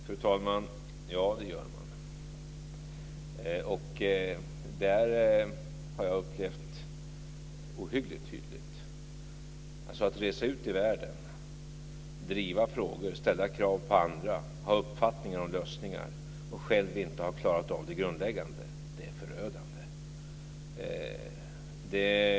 Fru talman! Ja, det gör man, och det har jag upplevt ohyggligt tydligt. Att resa ut i världen, driva frågor, ställa krav på andra, ha uppfattningar om lösningar och själv inte ha klarat av det grundläggande, det är förödande.